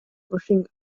rushing